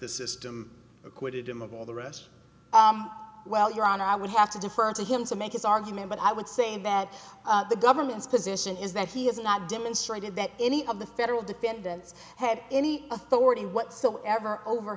the system acquitted him of all the rest well your honor i would have to defer to him to make his argument but i would say that the government's position is that he has not demonstrated that any of the federal defendants had any authority whatsoever over